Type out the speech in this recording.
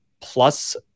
plus